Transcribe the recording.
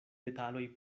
detaloj